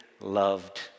loved